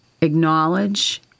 acknowledge